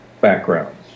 backgrounds